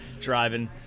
driving